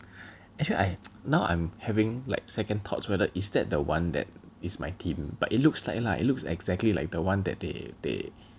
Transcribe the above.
actually I now I'm having like second thoughts whether is that the one that is my team but it looks like lah it looks exactly like the one that they they